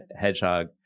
hedgehog